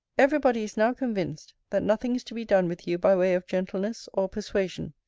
every body is now convinced, that nothing is to be done with you by way of gentleness or persuasion.